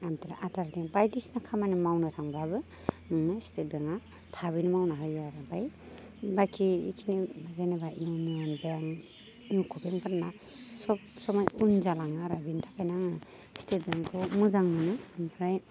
आमफ्राय आधार लिंक बायदिसिना खामानि मावनो थांबाबो नोंनो स्टेट बेंकआ थाबैनो मावना होयो आरो ओमफ्राय बाखि इखिनि जेन'बा इउनियन बेंक इउक' बेंकफोरना सब समाय उन जालाङो आरो बिनि थाखायनो आङो स्टेट बेंकखौ मोजां मोनो ओमफ्राय